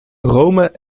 rome